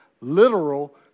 literal